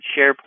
SharePoint